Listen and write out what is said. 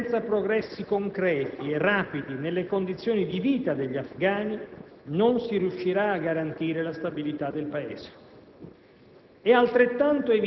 Tuttavia, siamo convinti che questa insistenza debba continuare,